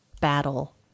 battle